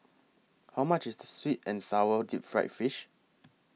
How much IS Sweet and Sour Deep Fried Fish